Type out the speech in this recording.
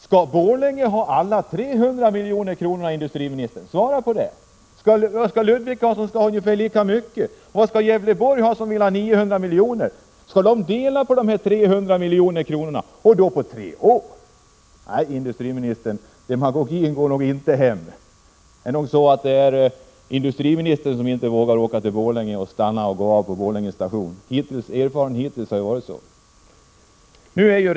Skall Borlänge ha alla 300 miljonerna, industriministern? Svara på den frågan! Hur mycket skall Ludvika ha — som vill ha ungefär lika mycket? Och hur mycket skall gå till Gävleborg, som vill ha 900 miljoner? Eller skall de dela på dessa 300 miljoner — och på tre år? Nej, industriministern, demagogin går inte hem. Det är nog industriministern som inte vågar åka till Borlänge och gå av på stationen där. Erfarenheterna hittills är sådana.